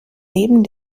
neben